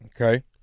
Okay